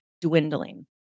dwindling